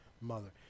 mother